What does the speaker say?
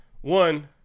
One